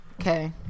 Okay